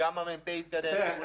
גם ה-מ"פ התקדם.